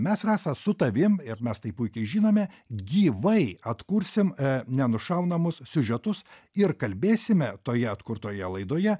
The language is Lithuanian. mes rasa su tavim ir mes tai puikiai žinome gyvai atkursime i nenušaunamus siužetus ir kalbėsime toje atkurtoje laidoje